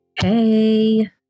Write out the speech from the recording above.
Hey